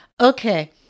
Okay